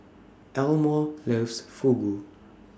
Elmore loves Fugu